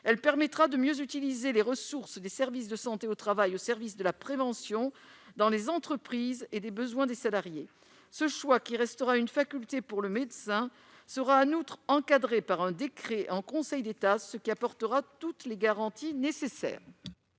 Elle permettra de mieux utiliser les ressources des services de santé au travail dans l'intérêt de la prévention dans les entreprises et des besoins des salariés. Ce choix, qui restera une faculté pour le médecin, sera en outre encadré par un décret en Conseil d'État, qui apportera toutes les garanties nécessaires.